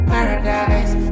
Paradise